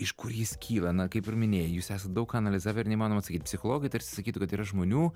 iš kur jis kyla na kaip ir minėjai jūs esat daug ką analizavę ir neįmanoma atsakyt psichologai tarsi sakytų kad yra žmonių